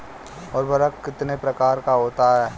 उर्वरक कितने प्रकार का होता है?